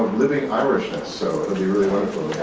living irishness. so it would be really wonderful